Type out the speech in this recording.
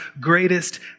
greatest